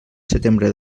setembre